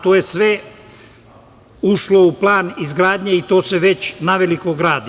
To je sve ušlo u plan izgradnje i to se već naveliko gradi.